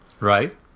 Right